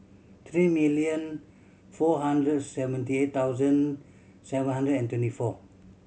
three million four hundred seventy eight thousand seven hundred and twenty four